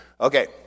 Okay